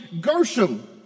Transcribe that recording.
Gershom